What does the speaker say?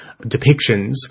depictions